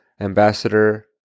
Ambassador